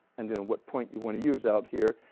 and then what point you want to use out here,